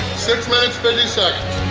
six minutes fifty seconds!